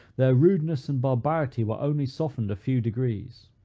their rudeness and barbarity were only softened a few degrees.